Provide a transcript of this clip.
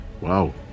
Wow